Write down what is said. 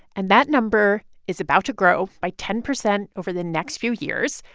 and that number is about to grow by ten percent over the next few years.